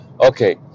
okay